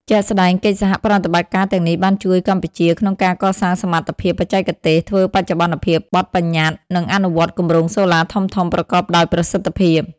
ជាក់ស្តែង កិច្ចសហប្រតិបត្តិការទាំងនេះបានជួយកម្ពុជាក្នុងការកសាងសមត្ថភាពបច្ចេកទេស ធ្វើបច្ចុប្បន្នភាពបទប្បញ្ញត្តិ និងអនុវត្តគម្រោងសូឡាធំៗប្រកបដោយប្រសិទ្ធភាព។